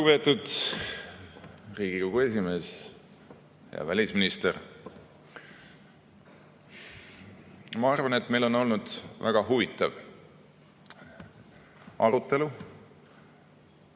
Riigikogu esimees! Hea välisminister! Ma arvan, et meil on olnud väga huvitav arutelu